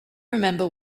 remember